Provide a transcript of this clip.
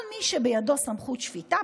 כל מי שבידו סמכות שפיטה,